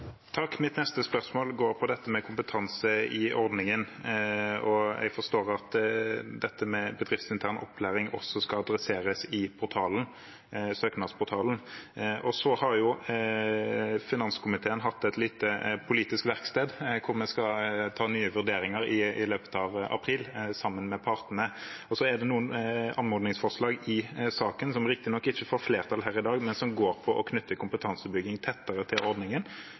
Mitt neste spørsmål går på dette med kompetanse i ordningen, og jeg forstår at dette med bedriftsintern opplæring også skal adresseres i søknadsportalen. Finanskomiteen har hatt et lite politisk verksted, og sammen med partene skal vi gjøre nye vurderinger i løpet av april. Det er noen anmodningsforslag i saken, som riktignok ikke får flertall her i dag, men som går på å knytte kompetansebygging tettere til ordningen,